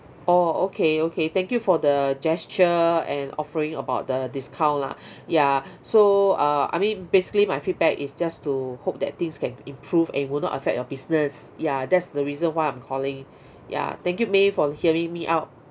orh okay okay thank you for the gesture and offering about the discount lah ya so uh I mean basically my feedback is just to hope that things can improve and will not affect your business ya that's the reason why I'm calling ya thank you may for hearing me out